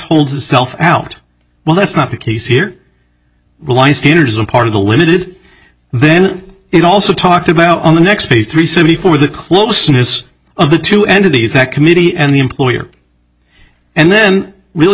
holds itself out well that's not the case here rely scanners are part of the limited then it also talked about on the next page three seventy four the closeness of the two entities that committee and the employer and then really